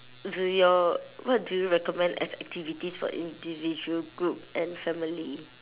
do your what do you recommend as activities for individual group and family